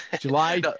July